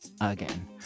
again